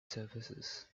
surfaces